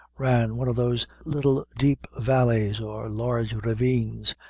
ran one of those little deep valleys, or large ravines,